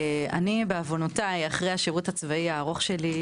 אני בעוונותיי אחרי השירות הצבאי הארוך שלי,